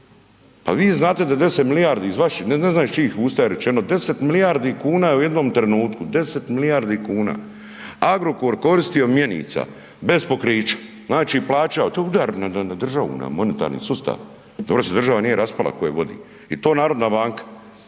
Pa vi znate da je 10 milijardi iz vaših, ne znam iz čijih usta je rečeno, 10 milijardi kuna u jednom trenutku, 10 milijardi kuna Agrokor koristio mjenica bez pokrića, znači plaćao, to je udar na državu na monetarni sustav. Dobro da se država nije raspala ko je vodi i to narodna banka.